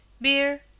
Beer